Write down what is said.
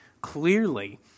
clearly